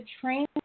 train